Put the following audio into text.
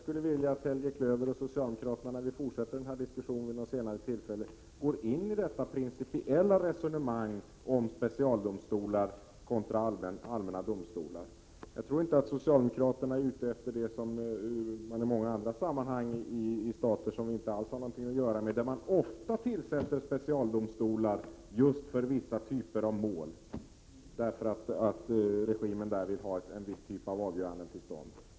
När vi fortsätter denna diskussion vid något senare tillfälle skulle jag vilja att Helge Klöver och socialdemokraterna går in på principiella resonemang om specialdomstolar kontra allmänna domstolar. I stater som vi inte alls har något att göra med tillsätter man ofta specialdomstolar i många andra sammanhang för vissa typer av mål, eftersom regimen där vill ha en viss typ av avgöranden till stånd.